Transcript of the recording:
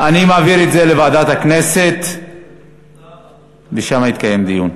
אני מעביר את זה לוועדת הכנסת ושם יתקיים דיון.